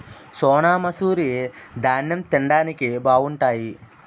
సోనామసూరి దాన్నెం తిండానికి బావుంటాయి